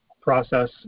process